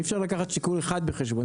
אי אפשר לקחת שיקול אחד בחשבון,